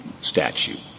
statute